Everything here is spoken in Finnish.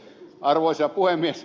arvoisa puhemies